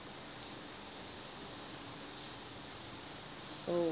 oh